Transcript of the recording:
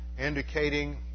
Indicating